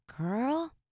girl